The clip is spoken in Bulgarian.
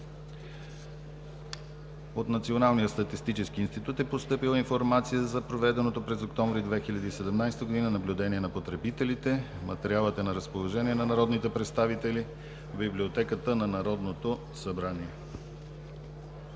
От Националния статистически институт е постъпила Информация за проведеното през октомври 2017 г. наблюдение на потребителите. Материалът е на разположение на народните представители в библиотеката на Народното събрание.